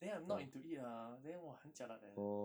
then I'm not into it ah then !wah! 很 jialat leh